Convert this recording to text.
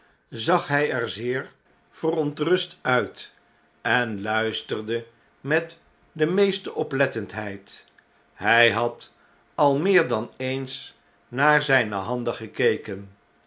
zag hij erzeerverontrust uit en luisterde met de meeste oplettendheid hij had al meer dan eens naar zyne handen gekeken